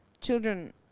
children